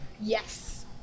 Yes